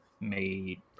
made